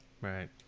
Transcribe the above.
Right